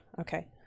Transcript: okay